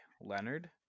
Leonard